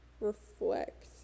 reflect